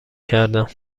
کردم